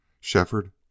Shefford